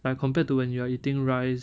like compared to when you are eating rice